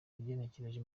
ugenekereje